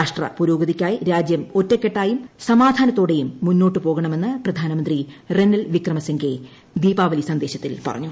രാഷ്ട്ര പുരോഗതിക്കായി രാജ്യമൊറ്റക്കെട്ടായും സമാധാനത്തോടെയും മുന്നോട്ടു പോകണമെന്ന് പ്രധാനമന്ത്രി റെനിൽ വിക്രമ സിംഗെ ദീപാവലി സന്ദേശത്തിൽ പറഞ്ഞു